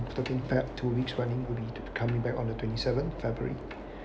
looking back to reach running will be to be coming back on the twenty seven february